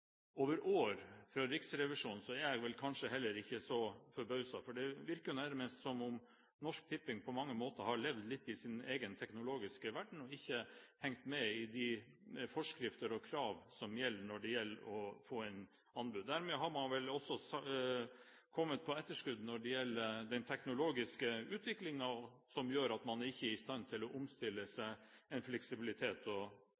over år – fra Riksrevisjonen, er jeg vel kanskje ikke så forbauset. Det virker nærmest som om Norsk Tipping på mange måter har levd litt i sin egen teknologiske verden og ikke hengt med på de forskrifter og krav som gjelder når det er snakk om å få inn anbud. Dermed har man også kommet på etterskudd når det gjelder den teknologiske utviklingen, noe som gjør at man ikke er i stand til å omstille